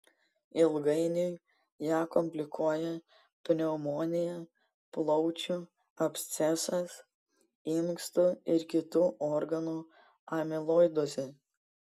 ilgainiui ją komplikuoja pneumonija plaučių abscesas inkstų ir kitų organu amiloidozė